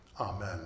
Amen